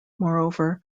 moreover